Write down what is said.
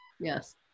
yes